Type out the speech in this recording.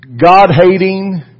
God-hating